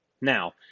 Now